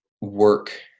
work